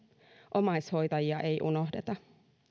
omaishoitajia ei unohdeta